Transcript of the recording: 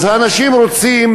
אנשים רוצים,